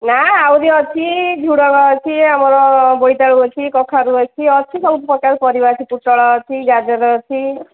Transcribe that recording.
ନା ଆହୁରି ଅଛି ଝୁଡ଼ଙ୍ଗ ଅଛି ଆମର ବୋଇତାଳୁ ଅଛି କଖାରୁ ଅଛି ଅଛି ସବୁ ପ୍ରକାର ପରିବା ଅଛି ପୋଟଳ ଅଛି ଗାଜର ଅଛି